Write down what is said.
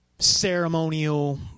ceremonial